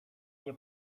nie